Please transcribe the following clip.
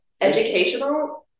educational